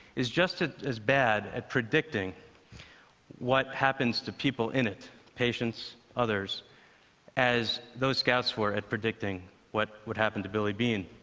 is just as bad at predicting what happens to people in it patients, others as those scouts were at predicting what would happen to billy beane.